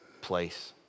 place